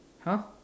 !huh!